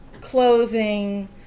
clothing